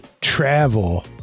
travel